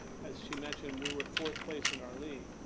as she mentioned, we were fourth place in our league.